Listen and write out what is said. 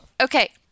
Okay